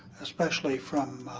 especially from